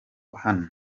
hano